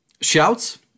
Shouts